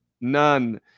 None